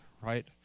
Right